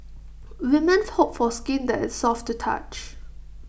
women hope for skin that is soft to touch